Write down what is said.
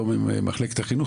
לא ממחלקת החינוך,